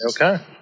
Okay